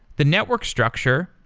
the network structure,